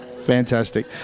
Fantastic